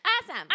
Awesome